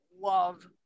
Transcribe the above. love